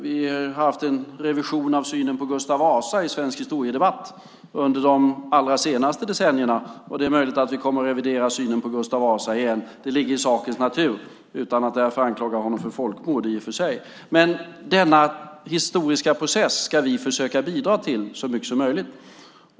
Vi har haft en revision av synen på Gustav Vasa i svensk historiedebatt under de senaste decennierna. Det är möjligt att vi kommer att revidera synen på Gustav Vasa igen. Det ligger i sakens natur - utan att därför anklaga honom för folkmord. Denna historiska process ska vi försöka bidra till så mycket som möjligt.